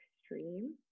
extreme